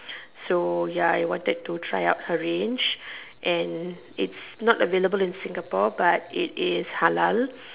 so ya I wanted to try out her range and its not available in Singapore but it is halal